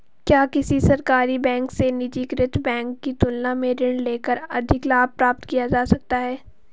क्या किसी सरकारी बैंक से निजीकृत बैंक की तुलना में ऋण लेकर अधिक लाभ प्राप्त किया जा सकता है?